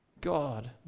God